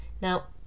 now